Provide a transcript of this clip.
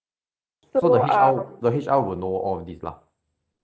so the H_R the H_R will know all of these lah